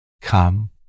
come